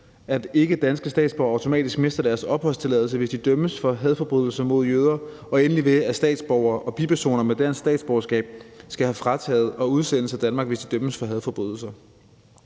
at ikkedanske statsborgere automatisk mister deres opholdstilladelse, hvis de dømmes for en hadforbrydelse mod jøder; og endelig at statsborgere og bipersoner med dansk statsborgerskab skal have det frataget og udsendes af Danmark, hvis de dømmes for hadforbrydelser.